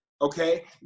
okay